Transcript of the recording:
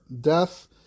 death